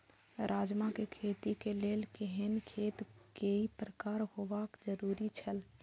राजमा के खेती के लेल केहेन खेत केय प्रकार होबाक जरुरी छल?